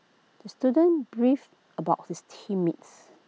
the student brief about his team mates